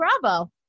bravo